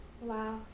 wow